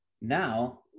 Now